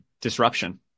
disruption